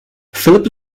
philip